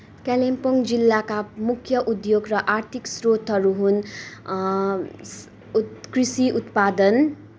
कालिम्पोङ जिल्लाका मुख्य उद्योग र आर्थिक स्रोतहरू हुन् एक कृषि उत्पादन